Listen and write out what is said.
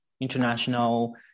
international